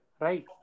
Right